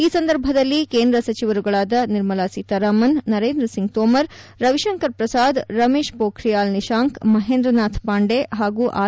ಈ ಸಂದರ್ಭದಲ್ಲಿ ಕೇಂದ್ರ ಸಚಿವರುಗಳಾದ ನಿರ್ಮಲಾ ಸೀತಾರಾಮನ್ ನರೇಂದ್ರ ಸಿಂಗ್ ತೋಮರ್ ರವಿಶಂಕರ್ ಪ್ರಸಾದ್ ರಮೇಶ್ ಪೋಖ್ರಿಯಾಲ್ ನಿಶಾಂಕ್ ಮಹೇಂದ್ರನಾಥ್ ಪಾಂಡೆ ಹಾಗೂ ಆರ್